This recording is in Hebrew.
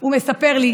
הוא כותב לי: